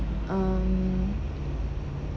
um